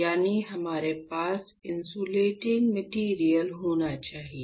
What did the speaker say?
यानी हमारे पास इंसुलेटिंग मैटेरियल होना चाहिए